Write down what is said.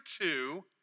two